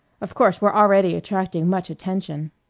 of course we're already attracting much attention.